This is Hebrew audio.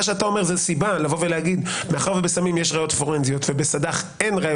מה שאתה אומר זו סיבה לומר - מאחר שבסמים יש ראיות פורנזיות ובסד"ח אין,